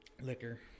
liquor